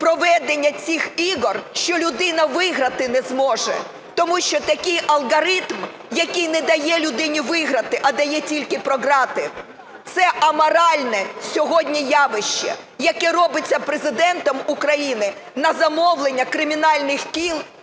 проведення цих ігор, що людина виграти не зможе, тому що такий алгоритм, який не дає людині виграти, а дає тільки програти. Це аморальне сьогодні явище, яке робиться Президентом України на замовлення кримінальних кіл,